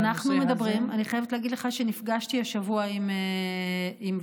אני חייבת להגיד לך שנפגשתי השבוע עם נציגות